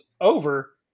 over